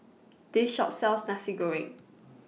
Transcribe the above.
This Shop sells Nasi Goreng